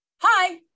hi